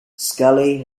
scully